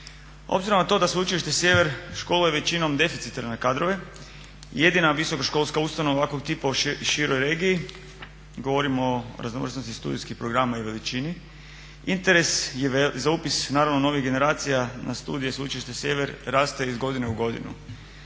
Obzirom na to da Sveučilište Sjever školuje većinom deficitarne kadrove jedina visoka školska ustanova ovakvog tipa u široj regiji govorim o raznovrsnosti studijskih programa i veličini. Interes za upis naravno novih generacija na studije Sveučilišta Sjever raste iz godine u godinu.